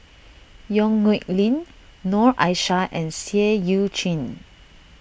Yong Nyuk Lin Noor Aishah and Seah Eu Chin